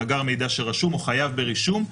מאגר מידע שרשום או חייב ברישום,